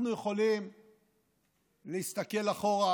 אנחנו יכולים להסתכל אחורה